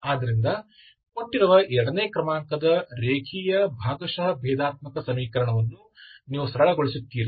ಆದ್ದರಿಂದ ಕೊಟ್ಟಿರುವ ಎರಡನೇ ಕ್ರಮಾಂಕದ ರೇಖೀಯ ಭಾಗಶಃ ಭೇದಾತ್ಮಕ ಸಮೀಕರಣವನ್ನು ನೀವು ಸರಳೀಕರಣಗೊಳಿಸುತ್ತೀರಿ